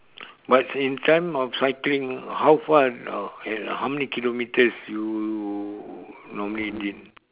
but in time of cycling how far uh how many kilometres you normally did